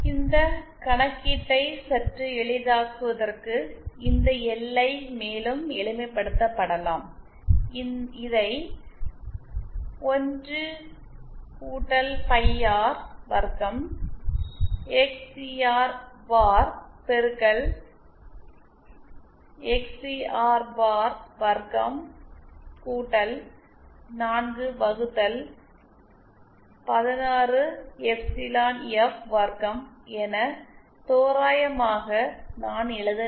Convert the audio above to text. இந்த கணக்கீட்டை சற்று எளிதாக்குவதற்கு இந்த எல்ஐயை மேலும் எளிமைப்படுத்தப்படலாம் இதை 1 பை ஆர் வர்க்கம் எக்ஸ்சிஆர் பார் பெருக்கல் எக்ஸ்சிஆர் பார் வர்க்கம் 4 வகுத்தல் 16 எஃப் சிலான் எஃப் வர்க்கம் என தோராயமாக நான் எழுத வேண்டும்